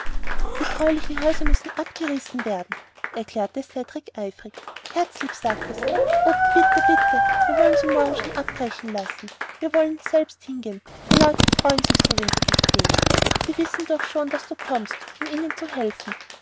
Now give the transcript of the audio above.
die greulichen häuser müssen abgerissen werden erklärte cedrik eifrig herzlieb sagt es o bitte bitte wir wollen sie morgen schon abbrechen lassen und wir wollen selbst hingehen die leute freuen sich so wenn sie dich sehen sie wissen's dann schon daß du kommst um ihnen wieder zu helfen